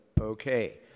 Okay